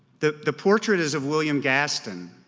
the the portrait is of william gaston.